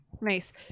Nice